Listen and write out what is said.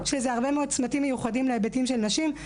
שזה הרבה מאוד צמתים מיוחדים להיבטים של נשים.